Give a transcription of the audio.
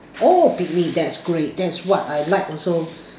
oh picnic that's great that's what I like also